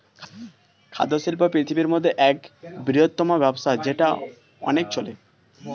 খাদ্য শিল্প পৃথিবীর মধ্যে এক বৃহত্তম ব্যবসা যেটা অনেক চলে